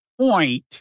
point